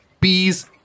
bees